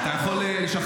אתה יכול לשחרר?